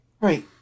right